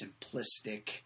simplistic